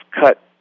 cut